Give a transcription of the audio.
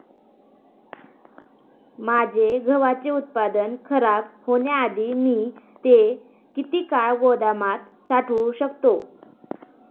माझे गव्हाचे उत्पादन खराब होण्याआधी मी ते किती काळ गोदामात साठवू शकतो?